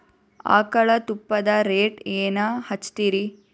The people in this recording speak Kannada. ಆಕಳ ತುಪ್ಪದ ರೇಟ್ ಏನ ಹಚ್ಚತೀರಿ?